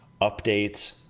updates